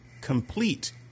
complete